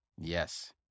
Yes